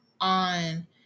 on